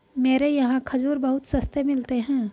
मेरे यहाँ खजूर बहुत सस्ते मिलते हैं